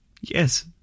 Yes